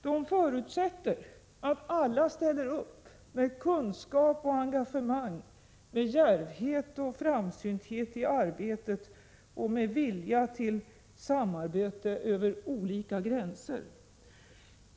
De förutsätter att alla ställer upp med kunskap och engagemang, med djärvhet och framsynthet i arbetet och med vilja till samarbete över olika gränser.